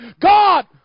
God